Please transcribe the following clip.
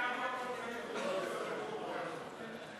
חוק יום לציון היציאה והגירוש של